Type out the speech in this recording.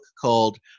called